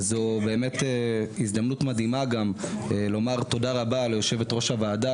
וזו באמת הזדמנות מדהימה לומר תודה רבה ליושבת-ראש הוועדה,